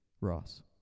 Ross